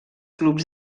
clubs